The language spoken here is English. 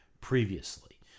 previously